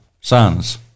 sons